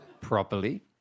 properly